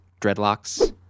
dreadlocks